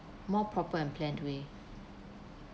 more proper and planned way